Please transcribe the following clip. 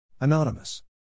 Anonymous